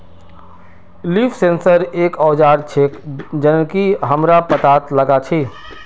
leaf sensor एक औजार छेक जननकी हमरा पत्ततात लगा छी